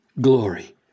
glory